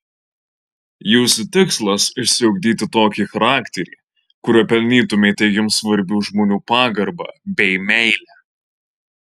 jūsų tikslas išsiugdyti tokį charakterį kuriuo pelnytumėte jums svarbių žmonių pagarbą bei meilę